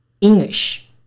English